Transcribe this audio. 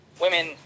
women